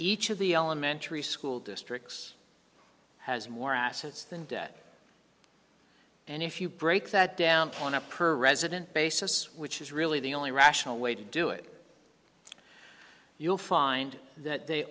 each of the elementary school districts has more assets than debt and if you break that down to one up per resident basis which is really the only rational way to do it you'll find that they